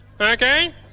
Okay